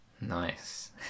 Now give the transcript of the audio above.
nice